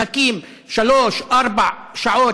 מחכים שלוש-ארבע שעות,